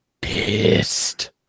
pissed